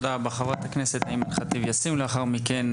תודה רבה, חברת הכנסת אימאן ח'טיב יאסין, בבקשה.